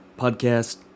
podcast